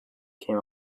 came